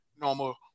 normal